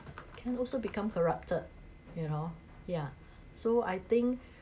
can also become corrupted you know ya so I think